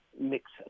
mix